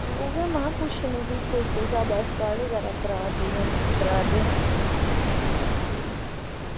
हां उऐ महां पुच्छनी कि कुस कुस स्हाबा दा स्कॉट करा दे जां नेईं करा दे